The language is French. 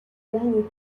derniers